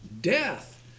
Death